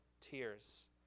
tears